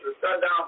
sundown